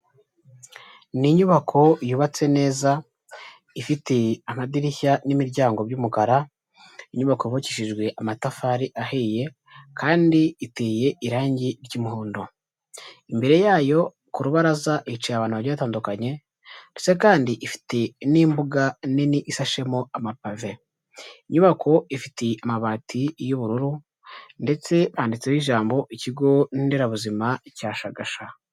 Ni inyubako yubatse neza ifite amadirishya n'imiryango by'umukara, inyubako yubakishijwe amatafari ahiye kandi iteye irangi ry'umuhondo, imbere yayo ku rubaraza hicaye abantu bagiye batandukanye ndetse kandi ifite n'imbuga nini ishashemo amapave, inyubako ifite amabati y'ubururu ndetse handitseho ijambo ikigo nderabuzima cya Shagasha.